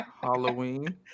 Halloween